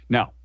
Now